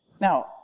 Now